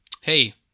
hey